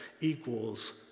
equals